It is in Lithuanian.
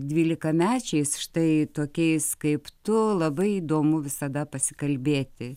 dvylikamečiais štai tokiais kaip tu labai įdomu visada pasikalbėti